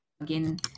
again